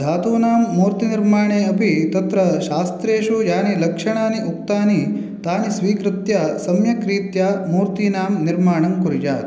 धातूणां मूर्ति निर्माणे अपि तत्र शास्त्रेषु यानि लक्षणानि उक्तानि तानि स्वीकृत्य सम्यक्रीत्या मूर्तीणां निर्माणं कुर्यात्